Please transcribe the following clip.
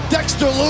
Dexter